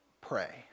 pray